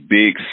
big